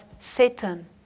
Satan